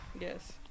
Yes